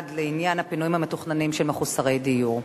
בל"ד לעניין הפינויים המתוכננים של מחוסרי דיור.